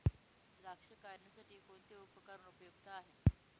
द्राक्ष काढणीसाठी कोणते उपकरण उपयुक्त आहे?